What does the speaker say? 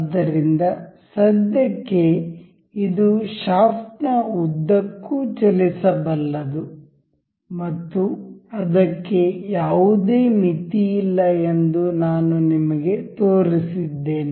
ಆದ್ದರಿಂದ ಸದ್ಯಕ್ಕೆ ಇದು ಶಾಫ್ಟ್ ನ ಉದ್ದಕ್ಕೂ ಚಲಿಸಬಲ್ಲದು ಮತ್ತು ಅದಕ್ಕೆ ಯಾವುದೇ ಮಿತಿಯಿಲ್ಲ ಎಂದು ನಾನು ನಿಮಗೆ ತೋರಿಸಿದ್ದೇನೆ